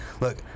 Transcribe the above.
Look